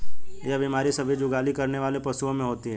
यह बीमारी सभी जुगाली करने वाले पशुओं में होती है